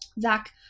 Zach